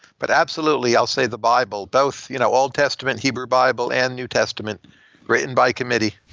but, absolutely, i'll say the bible, both you know old testament hebrew bible and new testament written by committee.